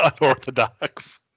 unorthodox